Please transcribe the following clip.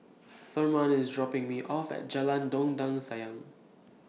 Thurman IS dropping Me off At Jalan Dondang Sayang